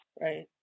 Right